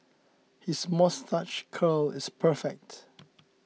his moustache curl is perfect